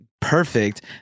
perfect